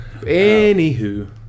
Anywho